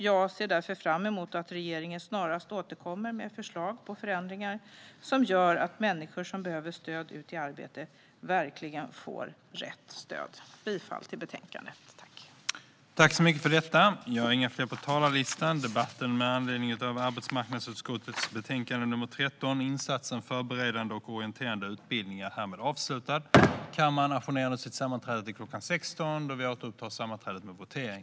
Jag ser därför fram emot att regeringen snarast återkommer med förslag på förändringar som gör att människor som behöver stöd ut i arbetslivet verkligen får rätt stöd. Jag yrkar bifall till utskottets förlag i betänkandet.